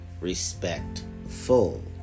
RESPECTFUL